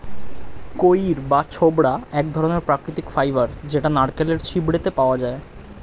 কইর বা ছোবড়া এক ধরণের প্রাকৃতিক ফাইবার যেটা নারকেলের ছিবড়েতে পাওয়া যায়